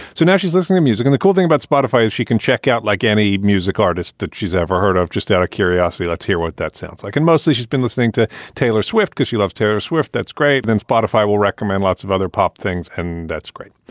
so now she's listening to music. and the cool thing about spotify is she can check out like any music artist that she's ever heard of, just out of curiosity. let's hear what that sounds like. and mostly she's been listening to taylor swift because she loves terrorists. swift, that's great. then spotify will recommend lots of other pop things and that's great.